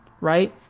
right